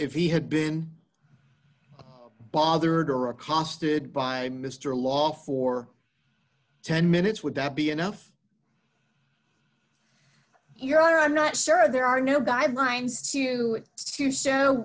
if he had been bothered or accosted by mr law for ten minutes would that be enough your honor i'm not sure there are new guidelines to to show